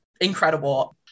incredible